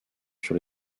sur